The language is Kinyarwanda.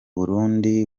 burundi